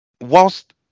whilst